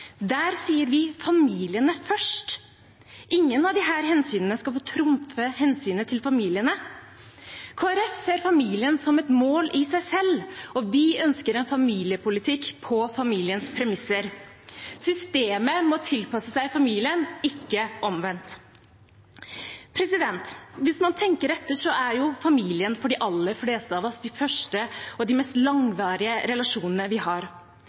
Der andre partier ønsker at deres familiepolitikk skal bidra til at man når ulike mål – prisverdige mål i seg selv, enten det er likestilling, integrering eller en styrket arbeidslinje – sier vi: familiene først. Ingen av disse hensynene skal få trumfe hensynet til familiene. Kristelig Folkeparti ser familien som et mål i seg selv, og vi ønsker en familiepolitikk på familiens premisser. Systemet må tilpasse seg familien, ikke omvendt. Hvis man tenker